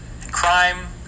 crime